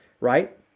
right